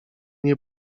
nie